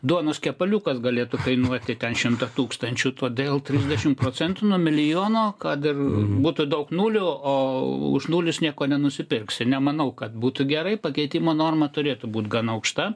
duonos kepaliukas galėtų kainuoti ten šimtą tūkstančių todėl trisdešimt procentų nuo milijono kad ir būtų daug nulių o už nulius nieko nenusipirksi nemanau kad būtų gerai pakeitimo norma turėtų būt gana aukšta